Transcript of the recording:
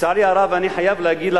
לצערי הרב אני חייב להגיד,